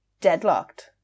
deadlocked